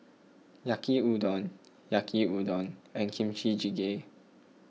Yaki Udon Yaki Udon and Kimchi Jjigae